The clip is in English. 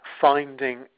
finding